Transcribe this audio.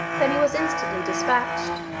than he was instantly despatched.